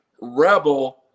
Rebel